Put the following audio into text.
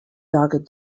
dogged